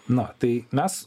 na tai mes